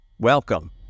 Welcome